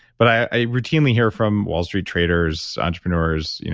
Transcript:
but i routinely hear from wall street traders, entrepreneurs,